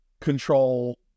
control